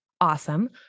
awesome